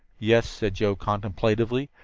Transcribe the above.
yes, said joe contemplatively,